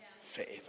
forever